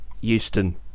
Houston